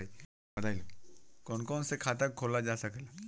कौन कौन से खाता खोला जा सके ला?